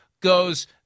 goes